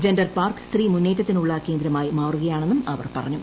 gender park സ്ത്രീ മുന്നേറ്റത്തിനുള്ള കേന്ദ്രമായി മാറുകയാണെന്നും അവർ പറഞ്ഞു